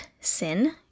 sin